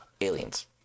aliens